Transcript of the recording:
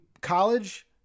college